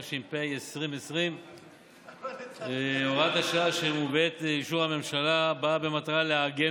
התש"ף 2020. הוראת השעה שמובאת באישור הממשלה באה במטרה לעגן